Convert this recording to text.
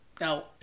Now